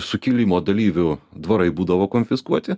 sukilimo dalyvių dvarai būdavo konfiskuoti